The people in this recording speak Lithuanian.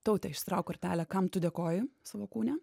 taute išsitrauk kortelę kam tu dėkoji savo kūne